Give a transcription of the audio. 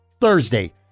Thursday